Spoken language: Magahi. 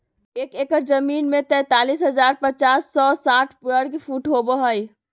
एक एकड़ जमीन में तैंतालीस हजार पांच सौ साठ वर्ग फुट होबो हइ